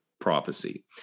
prophecy